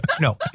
no